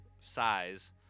size